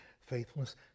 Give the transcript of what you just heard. faithfulness